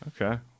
Okay